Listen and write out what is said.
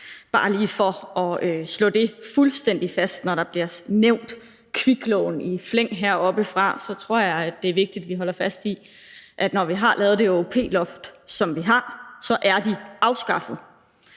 bare lige for at slå det fuldstændig fast, altså at når kviklån bliver nævnt heroppefra i flæng, tror jeg, det er vigtigt, at vi holder fast i, at når vi har lavet det ÅOP-loft, som vi har, så er de afskaffet.